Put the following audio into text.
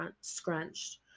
scrunched